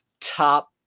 Top